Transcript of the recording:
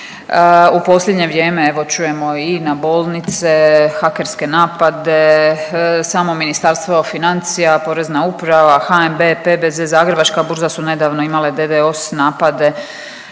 U posljednje vrijeme evo čujemo i na bolnice hakerske napade, samo Ministarstvo financija, Porezna uprava, HNB, PBZ, Zagrebačka burza su nedavno imale DDoS napade